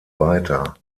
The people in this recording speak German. weiter